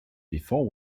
before